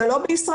זה לא בישראל.